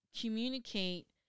communicate